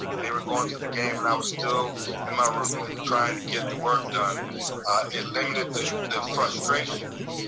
and they were going to the game and i was still in my room trying to get the work done it limited the the frustration,